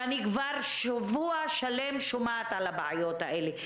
אני כבר שבוע שלם שומעת על הבעיות האלה,